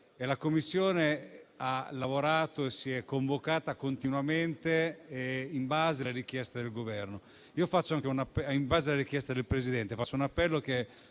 La Commissione ha lavorato e si è convocata continuamente in base alle richieste del Presidente. Faccio dunque un appello